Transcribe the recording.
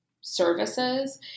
services